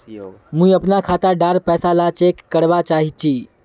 मुई अपना खाता डार पैसा ला चेक करवा चाहची?